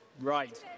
Right